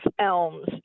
elms